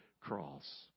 Cross